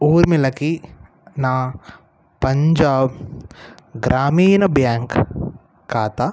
ఊర్మిళకి నా పంజాబ్ గ్రామీణ బ్యాంక్ ఖాతా